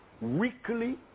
weekly